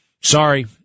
sorry